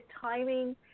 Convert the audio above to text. timing